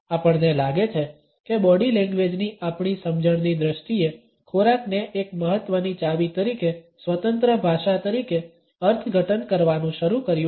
આપણને લાગે છે કે બોડી લેંગ્વેજની આપણી સમજણની દ્રષ્ટિએ ખોરાકને એક મહત્વની ચાવી તરીકે સ્વતંત્ર ભાષા તરીકે અર્થઘટન કરવાનું શરૂ કર્યું છે